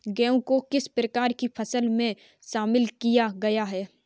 गेहूँ को किस प्रकार की फसलों में शामिल किया गया है?